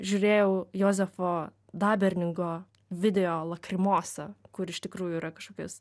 žiūrėjau jozefo daberningo videolakrimosą kur iš tikrųjų yra kažkokios